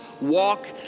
walk